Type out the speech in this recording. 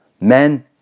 men